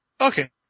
Okay